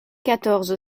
quatorze